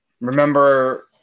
remember